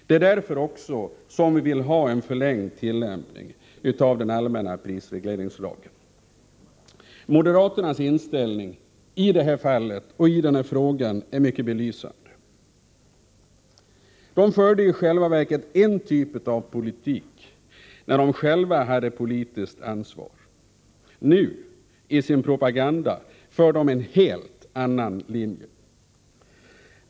Det är också därför som vi vill ha Moderaternas inställning i den här frågan är mycket belysande. De förde i själva verket en typ av politik när de själva hade politiskt ansvar. Nu, i sin propaganda, följer de en helt annan linje.